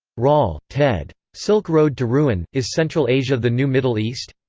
rall, ted. silk road to ruin is central asia the new middle east?